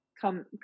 come